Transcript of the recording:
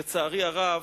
לצערי הרב,